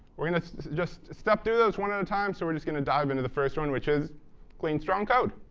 we're going to just step through those one at a time, so we're just going to dive into the first one, which is clean, strong code.